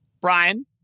Brian